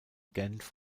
genf